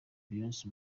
beyonce